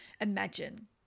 imagine